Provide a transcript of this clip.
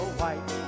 white